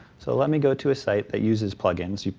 so let me go to a site that uses plug-ins. yeah